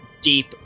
deep